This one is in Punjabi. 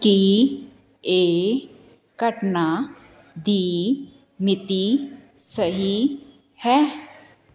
ਕੀ ਇਹ ਘਟਨਾ ਦੀ ਮਿਤੀ ਸਹੀ ਹੈ